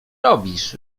robisz